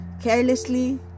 carelessly